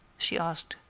she asked.